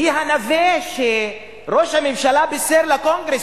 היא הנווה שראש הממשלה בישר לקונגרס,